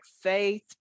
faith